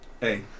Hey